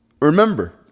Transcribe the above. Remember